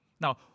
Now